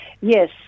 Yes